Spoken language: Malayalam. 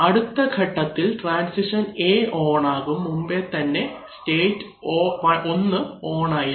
അടുത്തഘട്ടത്തിൽ ട്രാൻസിഷൻ A ഓൺ ആകും മുമ്പേ തന്നെ സ്റ്റേറ്റ് 1 ഓൺ ആയിരുന്നു